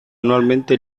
anualmente